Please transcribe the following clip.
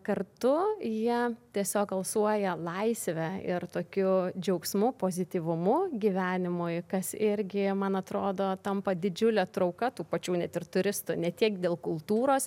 kartu jie tiesiog alsuoja laisve ir tokiu džiaugsmu pozityvumu gyvenimui kas irgi man atrodo tampa didžiule trauka tų pačių net ir turistų ne tiek dėl kultūros